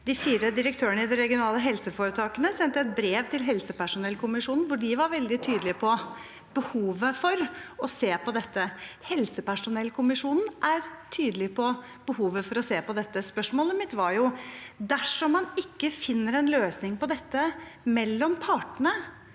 De fire direktørene i de regionale helseforetakene sendte et brev til helsepersonellkommisjonen, hvor de var veldig tydelige på behovet for å se på dette. Helsepersonellkommisjonen er tydelig på behovet for å se på dette. Spørsmålet mitt var: Dersom man ikke finner en løsning på dette mellom partene,